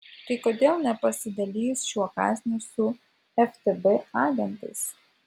tai kodėl nepasidalijus šiuo kąsniu su ftb agentais